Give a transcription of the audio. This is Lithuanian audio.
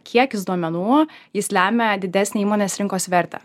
kiekis duomenų jis lemia didesnę įmonės rinkos vertę